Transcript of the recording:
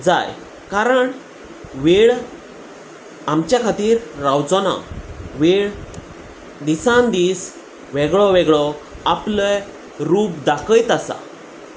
जाय कारण वेळ आमच्या खातीर रावचो ना वेळ दिसान दीस वेगळो वेगळो आपलें रूप दाखयत आसा